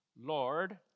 Lord